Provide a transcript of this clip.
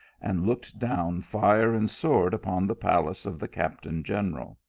and looked down fire and sword upon the palace of the captain general.